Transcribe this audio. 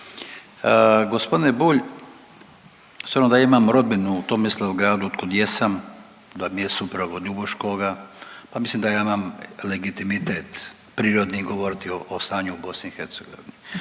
Gospodine Bulj, s obzirom da imam rodbinu u Tomislavgradu od kud jesam, da mi je supruga od Ljubuškoga pa mislim da ja imam legitimitet prirodni govoriti o stanju u BiH, a vi